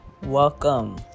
Welcome